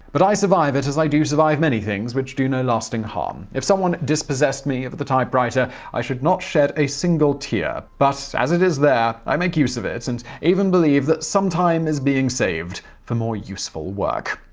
but i survive it as i survive many things, which do no lasting harm. if someone dispossessed me of of the typewriter, i should not shed a single tear, but, as it is there, i make use of it and even believe that some time is being saved for more useful work.